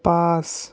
পাঁচ